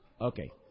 Okay